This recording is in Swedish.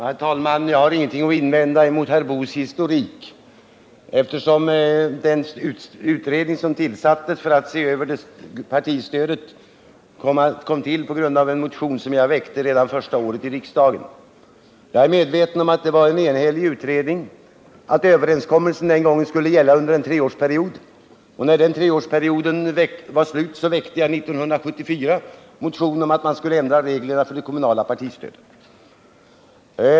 Herr talman! Jag har ingenting att invända mot herr Boos historik. Den utredning som tillsattes för att se över frågan om partistödet kom till med anledning av en motion som jag väckte redan under mitt första år i riksdagen. Jag är också medveten om att utredningens förslag var enhälligt. Överenskommelsen skulle gälla under en treårsperiod. När den treårsperioden var slut väckte jag år 1974 en motion med förslag om att man skulle ändra reglerna för det kommunala partistödet.